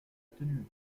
tenue